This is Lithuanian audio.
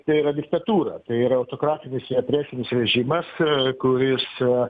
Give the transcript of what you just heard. tai yra diktatūra tai yra autokratinis represinis režimas e kuris a